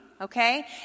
okay